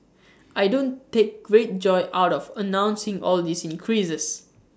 I don't take great joy out of announcing all these increases